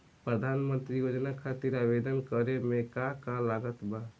प्रधानमंत्री योजना खातिर आवेदन करे मे का का लागत बा?